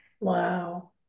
Wow